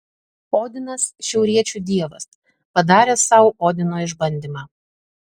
odinas šiauriečių dievas padaręs sau odino išbandymą